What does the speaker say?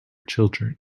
children